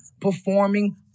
performing